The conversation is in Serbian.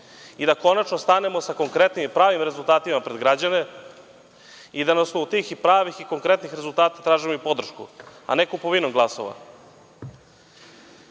i da konačno stanemo sa konkretnim pravim rezultatima pred građane i da na osnovu tih pravih i konkretnih rezultata tražimo podršku, a ne kupovinom glasova. Takođe,